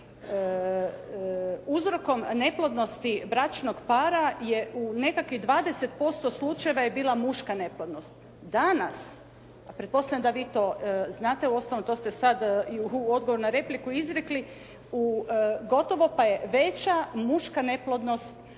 uzrokom neplodnosti bračnog para je u nekakvih 20% slučajeva je bila muška neplodnost. Danas, a pretpostavljam da vi to znate. Uostalom to ste sad i u odgovoru na repliku izrekli. Gotovo pa je veća muška neplodnost